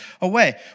away